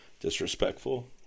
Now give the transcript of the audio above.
disrespectful